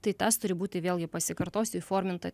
tai tas turi būti vėlgi pasikartosiu įforminta